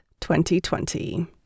2020